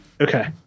Okay